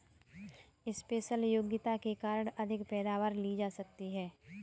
special योग्यता के कारण अधिक पैदावार ली जा सकती है